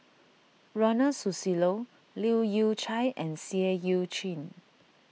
Ronald Susilo Leu Yew Chye and Seah Eu Chin